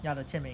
ya the jian ming